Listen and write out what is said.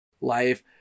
life